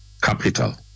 capital